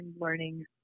learning